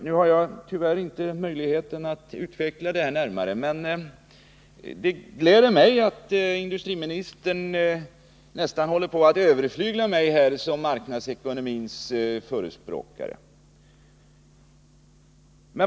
Nu har jag tyvärr inte möjlighet att utveckla det närmare, men det gläder mig att industriministern nästan håller på att överflygla mig som marknadsekonomins förespråkare.